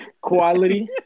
quality